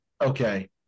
okay